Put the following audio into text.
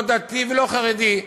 לא דתי ולא חרדי.